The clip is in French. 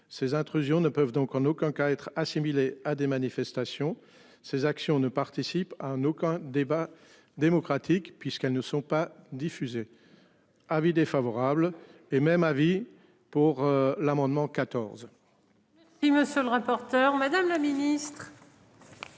Ces intrusions ne peuvent donc en aucun cas être assimilée à des manifestations. Ces actions ne participe à un aucun débat démocratique puisqu'elles ne sont pas diffusés. Avis défavorable et même avis, pour l'amendement 14.